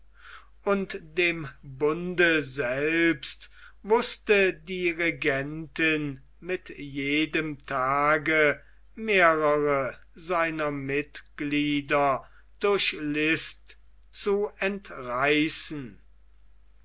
und dem bunde selbst wußte die regentin mit jedem tage mehrere seiner mitglieder durch list zu entreißen